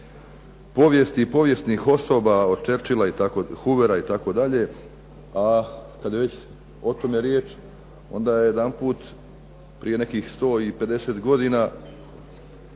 povijesti i povijesnih osoba od Churchilla, Hoovera itd., a kad je već o tome riječ onda je jedanput prije nekih 150 godina